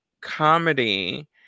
comedy